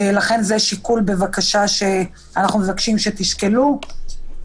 לכן אנחנו מבקשת שתשקלו את הדבר הזה.